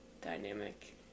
dynamic